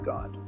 God